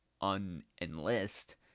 un-enlist